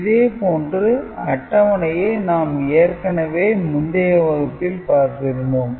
இதே போன்று அட்டவணையை நாம் ஏற்கனவே முந்தைய வகுப்பில் பார்த்திருக்கிறோம்